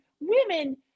women